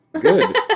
Good